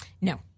No